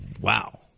Wow